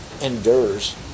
endures